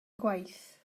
gwaith